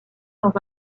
dans